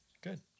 Good